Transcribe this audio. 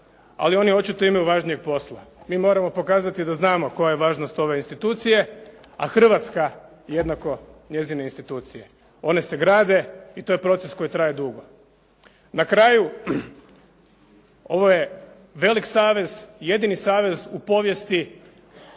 ali oni očito imaju važnijeg posla. Mi moramo pokazati da znamo koja je važnost ove institucije, a Hrvatska jednako njezine institucije. One se grade i to je proces koji traje dugo. Na kraju, ovo je velik savez, jedini savez u povijesti